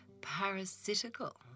parasitical